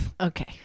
Okay